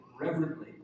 reverently